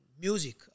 music